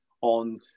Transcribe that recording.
on